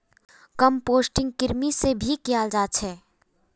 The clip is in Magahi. कम्पोस्टिंग कृमि से भी कियाल जा छे